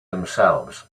themselves